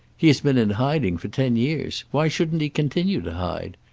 he has been in hiding for ten years. why shouldn't he continue to hide?